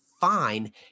fine